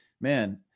man